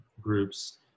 groups